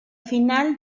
final